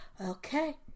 Okay